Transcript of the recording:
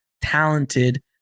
talented